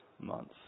months